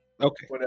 okay